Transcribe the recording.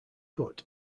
cut